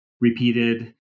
repeated